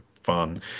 fun